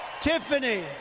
Tiffany